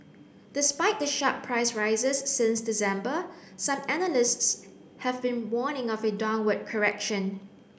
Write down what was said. despite the sharp price rises since December some analysts have been warning of a downward correction